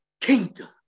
kingdom